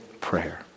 prayer